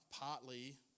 partly